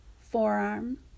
forearm